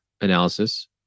analysis